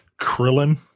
Krillin